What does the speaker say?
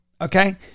okay